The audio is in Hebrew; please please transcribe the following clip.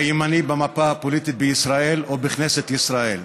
הימני במפה הפוליטית בישראל או בכנסת ישראל?